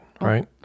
right